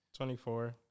24